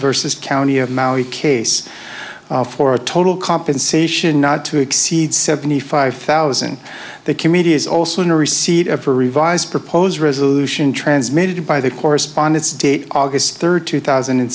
versus county of maui case for a total compensation not to exceed seventy five thousand the comedian is also in receipt of a revised proposed resolution transmitted by the correspondence date august third two thousand and